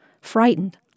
Frightened